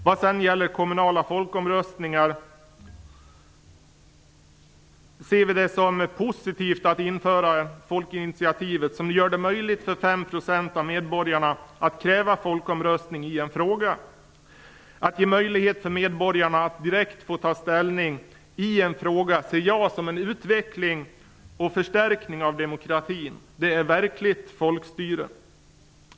Vi anser att det är positivt att införa folkinitiativet beträffande kommunala folkomröstningar. Det gör det möjligt för 5 % av medborgarna att kräva folkomröstning i en fråga. Att ge möjlighet för medborgarna att direkt få ta ställning i en fråga ser jag som en utveckling och förstärkning av demokratin. Det är verkligt folkstyre.